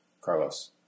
Carlos